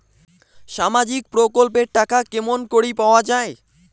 সামাজিক প্রকল্পের টাকা কেমন করি পাওয়া যায়?